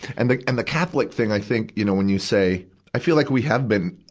and the, and the catholic thing, i think, you know, when you say i feel like we have been,